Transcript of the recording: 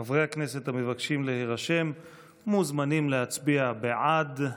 חברי הכנסת המבקשים להירשם מוזמנים להצביע בעד.